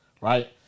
right